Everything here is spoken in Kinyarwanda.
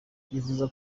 yifuza